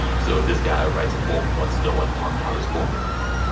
so this guy who writes a book wants no one to talk about his book,